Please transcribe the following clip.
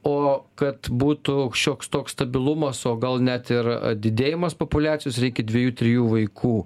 o kad būtų šioks toks stabilumas o gal net ir didėjimas populiacijos reikia dviejų trijų vaikų